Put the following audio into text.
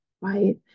right